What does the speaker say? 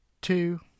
two